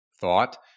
thought